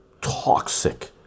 Toxic